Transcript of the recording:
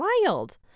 Wild